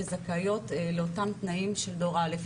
שזכאיות לאותם תנאים של דור א'.